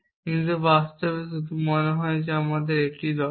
কিন্তু বাস্তবে শুধুমাত্র মনে হয় আমাদের এটি দরকার